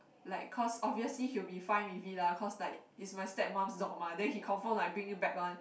like cause obviously he will be fine with it lah cause like its my stepmom's dog mah then he confirm like bring it back one